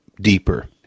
deeper